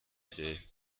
idee